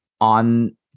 on